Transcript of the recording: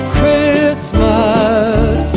Christmas